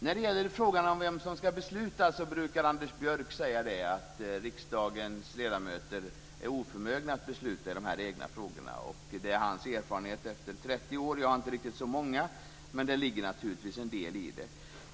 När det gäller frågan om vem som ska besluta brukar Anders Björck säga att riksdagens ledamöter är oförmögna att besluta i de egna frågorna. Det är hans erfarenhet efter 30 år. Jag har inte så många år, men det ligger en del i det.